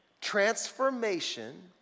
Transformation